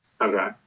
Okay